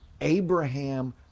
abraham